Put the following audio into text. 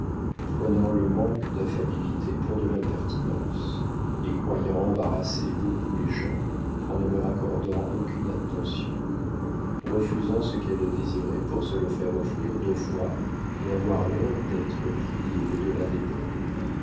prenant le manque d'affabilité pour de l'impertinence et croyant embarrasser beaucoup les gens en ne leur accordant aucune attention refusant ce qu'elle désirait pour se le faire offrir deux fois et avoir l'air d'être priée au delà des bornes